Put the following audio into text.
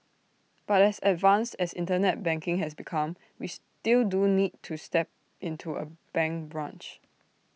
but as advanced as Internet banking has become we still do need to step into A bank branch